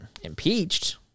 impeached